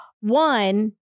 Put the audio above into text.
one